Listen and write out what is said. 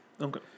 Okay